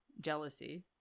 jealousy